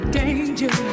danger